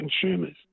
consumers